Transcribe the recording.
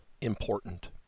important